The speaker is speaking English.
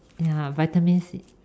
ya vitamin-C